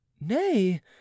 Nay